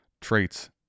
traits